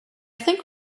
think